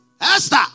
Esther